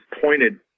pointed